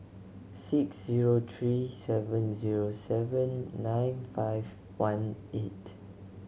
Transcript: six zero three seven zero seven nine five one eight